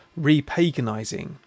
Repaganizing